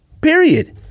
Period